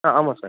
ஆ ஆமாம் சார்